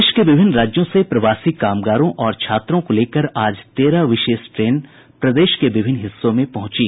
देश के विभिन्न राज्यों से प्रवासी कामगारों और छात्रों को लेकर आज तेरह विशेष ट्रेनें प्रदेश के विभिन्न हिस्सों में पहुंची